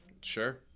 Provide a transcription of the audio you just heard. Sure